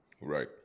Right